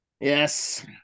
Yes